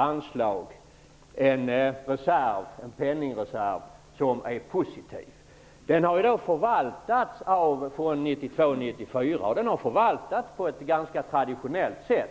Den har under 1992 till 1994 förvaltats på ett ganska traditionellt sätt,